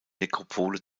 nekropole